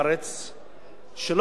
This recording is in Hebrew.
שלא גרים בדירות רוב ימות השנה.